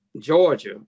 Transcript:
Georgia